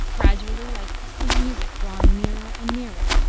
gradually, like distant music drawing nearer and nearer,